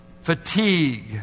Fatigue